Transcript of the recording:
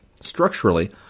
structurally